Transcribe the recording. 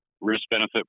risk-benefit